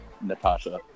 natasha